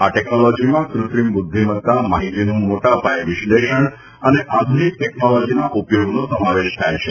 આ ટેકનોલોજીમાં કૃત્રિમ બુદ્ધિમત્તા માહિતીનું મોટા પાયે વિશ્લેષણ અને આધુનિક ટેકનોલોજીના ઉપયોગનો સમાવેશ થાય છે